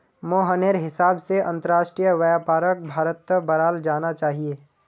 मोहनेर हिसाब से अंतरराष्ट्रीय व्यापारक भारत्त बढ़ाल जाना चाहिए